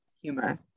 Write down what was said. humor